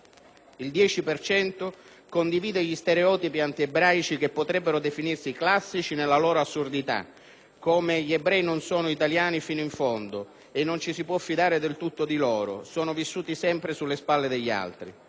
cento condivide gli stereotipi antiebraici che potrebbero definirsi classici nella loro assurdità, come «gli ebrei non sono italiani fino in fondo» e «non ci si può fidare del tutto di loro», «sono vissuti sempre sulle spalle degli altri».